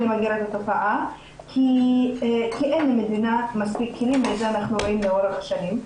למגר את התופעה כי אין למדינה מספיק כלים ואת זה אנחנו רואים לאורך שנים.